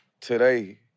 Today